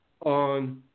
On